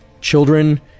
children